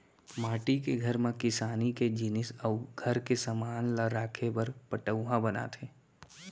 माटी के घर म किसानी के जिनिस अउ घर के समान ल राखे बर पटउहॉं बनाथे